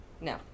No